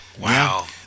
Wow